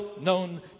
known